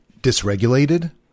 dysregulated